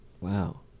Wow